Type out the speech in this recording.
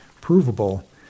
provable